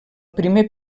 primer